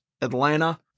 Atlanta